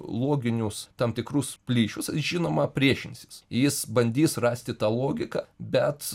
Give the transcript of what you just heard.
loginius tam tikrus plyšius žinoma priešinsis jis bandys rasti tą logiką bet